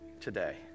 today